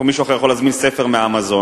או מישהו אחר יכול להזמין ספר מ"אמזון",